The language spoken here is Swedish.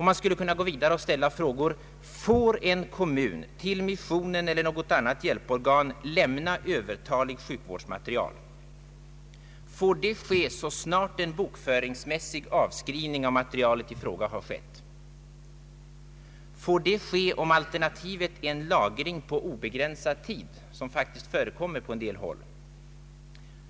Man skulle kunna gå vidare och ställa frågor: Får en kommun till en missionsorganisation eller något annan hjälporgan lämna övertalig sjukvårdsmateriel? Får det ske så snart en bokföringsmässig avskrivning av materielen i fråga har skett? Får det ske om alternativet är en lagring på obegränsad tid, vilket faktiskt lär förekomma på en del håll?